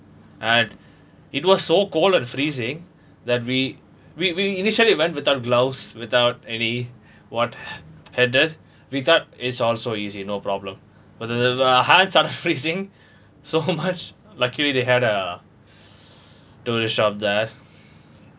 and it was so cold at freezing that we we we initially went without gloves without any what hat without is also easy no problem with the hands are freezing so much luckily they had a tourist shop there